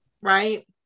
Right